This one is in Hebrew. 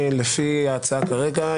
לפי ההצעה כרגע,